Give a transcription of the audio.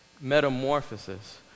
Metamorphosis